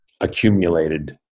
accumulated